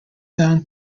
down